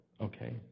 Okay